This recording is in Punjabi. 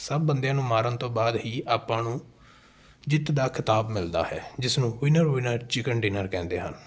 ਸਭ ਬੰਦਿਆਂ ਨੂੰ ਮਾਰਨ ਤੋਂ ਬਾਅਦ ਹੀ ਆਪਾਂ ਨੂੰ ਜਿੱਤ ਦਾ ਖਿਤਾਬ ਮਿਲਦਾ ਹੈ ਜਿਸ ਨੂੰ ਵਿਨਰ ਵਿਨਰ ਚਿਕਨ ਡਿਨਰ ਕਹਿੰਦੇ ਹਨ